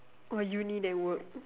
or uni then work